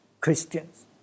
Christians